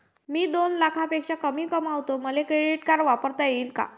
मी दोन लाखापेक्षा कमी कमावतो, मले क्रेडिट कार्ड वापरता येईन का?